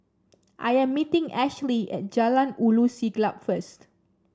I am meeting Ashley at Jalan Ulu Siglap first